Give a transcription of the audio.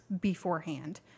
beforehand